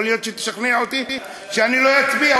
יכול להיות שתשכנע אותי שאני לא אצביע,